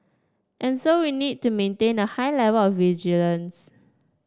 and so we need to maintain a high level of vigilance